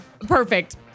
perfect